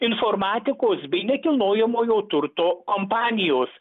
informatikos bei nekilnojamojo turto kompanijos